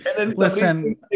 listen